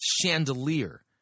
chandelier